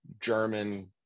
German